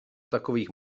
takových